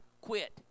quit